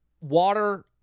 water